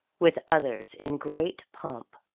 with others, in great pomp.